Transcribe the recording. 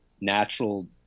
natural